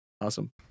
Awesome